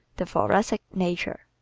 the thoracic nature.